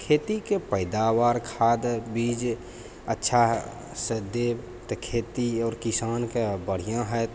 खेतीके पैदावार खाद आओर बीज अच्छासँ देब तऽ खेती आओर किसानके बढ़िआँ हैत